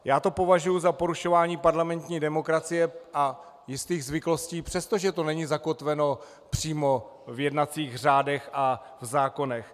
Já to považuji za porušování parlamentní demokracie a jistých zvyklostí, přestože to není zakotveno přímo v jednacích řádech a zákonech.